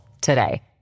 today